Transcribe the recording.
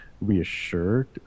reassured